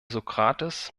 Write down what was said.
sokrates